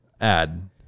Add